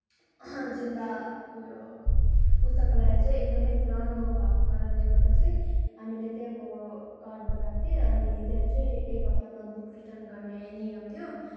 जिल्ला उयो पुस्तकालय चाहिँ एकदमै पुरानो भएको कारणले गर्दा चाहिँ हामीले त्यहाँको कार्ड बनाएको थियौँ अनि त्यहाँ चाहिँ एक हप्तामा बुक रिटर्न गर्ने नियम थियो